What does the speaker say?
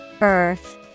Earth